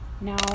now